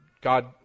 God